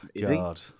God